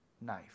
knife